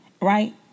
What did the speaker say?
right